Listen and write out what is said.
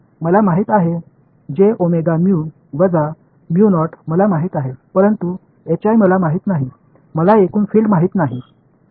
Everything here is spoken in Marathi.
मला माहित आहे जे ओमेगा म्यु वजा म्यु नॉट मला माहित आहे परंतु HI मला माहित नाही मला एकूण फील्ड माहित नाही